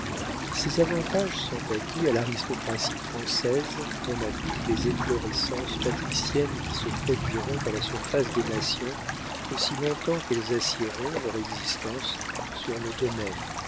ces avantages sont acquis à l'aristocratie française comme à toutes les efflorescences patriciennes qui se produiront à la surface des nations aussi long-temps qu'elles assiéront leur existence sur le domaine